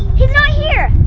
he's not here.